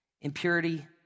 Impurity